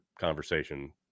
conversation